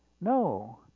No